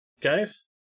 guys